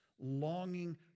longing